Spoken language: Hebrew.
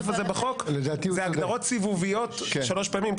הזה בחוק זה הגדרות סיבוביות שלוש פעמים.